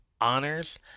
honors